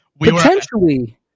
Potentially